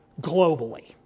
globally